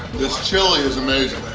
this chili is amazing,